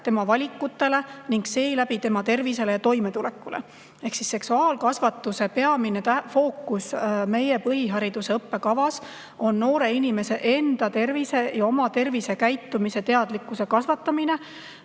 tema valikutele ning seeläbi tema tervisele ja toimetulekule. Seksuaalkasvatuse peamine fookus meie põhihariduse õppekavas on noore inimese enda tervise ja oma tervisekäitumise teadlikkuse kasvatamine